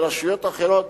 ברשויות אחרות,